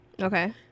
Okay